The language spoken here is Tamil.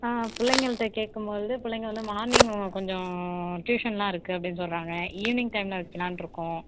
பிள்ளைங்கள்ட்ட கேக்கும் போது பிள்ளைங்க வந்து மார்னிங் கொஞ்சம் ட்யூஷன்லாம் இருக்கு அப்படின்னு சொல்கிறாங்க ஈவினிங் டைமில் வைக்கலான்ட்டு இருக்கோம்